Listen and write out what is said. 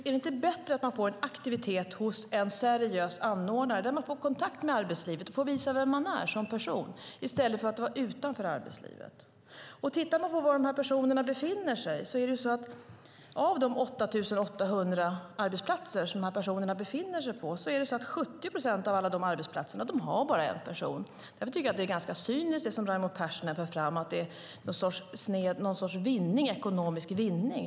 Är det inte bättre att få en aktivitet hos en seriös anordnare, där man får kontakt med arbetslivet och får visa vem man är som person, än att stå utanför arbetslivet? Tittar vi på var personerna i sysselsättningsfasen befinner sig ser vi att av de 8 800 arbetsplatser som dessa personer befinner sig på har 70 procent endast en person. Därför är det som Raimo Pärssinen för fram ganska cyniskt, att det skulle vara fråga om någon sorts ekonomisk vinning.